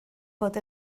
bod